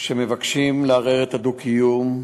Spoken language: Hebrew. הם מבקשים לערער את הדו-קיום,